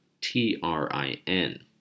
TRIN